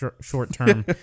short-term